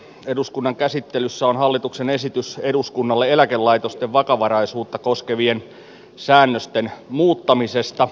eduskunnan käsittelyssä on hallituksen esitys eduskunnalle eläkelaitosten vakavaraisuutta koskevien säännösten muuttamisesta